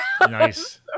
Nice